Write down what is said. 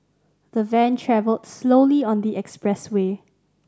the van travelled slowly on the expressway